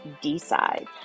decide